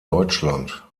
deutschland